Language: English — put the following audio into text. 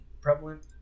prevalent